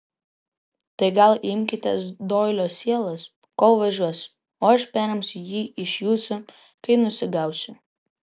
tai gal imkitės doilio sielos kol važiuosiu o aš perimsiu jį iš jūsų kai nusigausiu